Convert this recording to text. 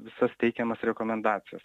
visas teikiamas rekomendacijas